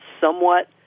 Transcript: somewhat